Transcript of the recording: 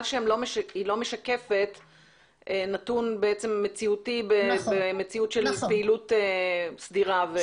שהיא לא משקפת נתון מציאותי במציאות של פעילות סדירה.